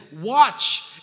watch